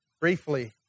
briefly